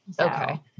Okay